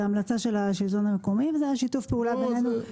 זו המלצה של השלטון המקומי ושיתוף פעולה בינינו כדי להפחית.